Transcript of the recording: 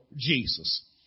Jesus